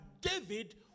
David